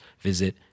visit